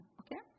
okay